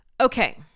Okay